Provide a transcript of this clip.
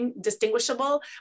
distinguishable